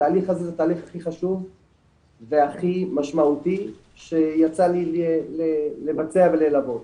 התהליך הזה זה תהליך הכי חשוב והכי משמעותי שיצא לי לבצע וללוות.